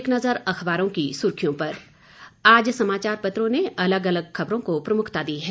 एक नज़र अखबारों की सुर्खियों पर आज समाचार पत्रों ने अलग अलग खबरों को प्रमुखता दी है